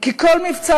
כי כל מבצע